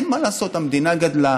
אין מה לעשות, המדינה גדלה,